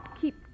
keep